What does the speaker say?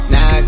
Now